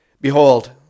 Behold